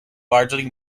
largely